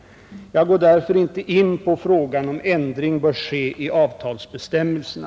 Jag går därför inte in på frågan om ändring bör ske i avtalsbestämmelserna.